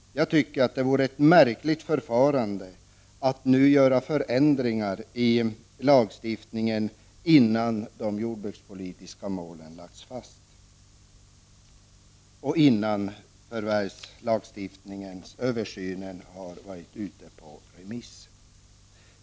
Jag tycker att det vore ett märkligt förfarande om man skulle göra förändringar i lagstiftningen innan de jordbrukspolitiska målen har lagts fast och innan förvärvslagstiftningsöversynen har varit ute på remiss.